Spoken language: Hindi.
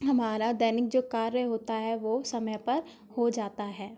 हमारा दैनिक जो कार्य होता है वो समय पर हो जाता है